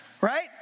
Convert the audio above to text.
Right